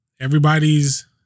everybody's